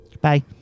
Bye